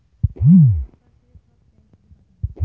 সরকার থেকে সব ট্যাক্স গুলো কাটা হয়